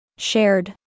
Shared